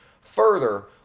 Further